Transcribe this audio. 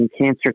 cancer